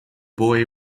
boy